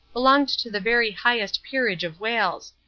belonged to the very highest peerage of wales.